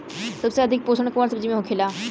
सबसे अधिक पोषण कवन सब्जी में होखेला?